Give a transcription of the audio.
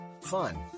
fun